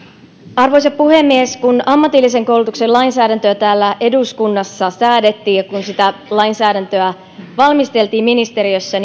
arvoisa puhemies kun ammatillisen koulutuksen lainsäädäntöä täällä eduskunnassa säädettiin ja kun lainsäädäntöä valmisteltiin ministeriössä